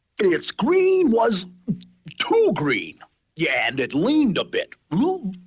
it's green was too green yeah and it leaned a bit.